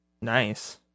Nice